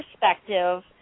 perspective